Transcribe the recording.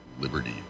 Liberty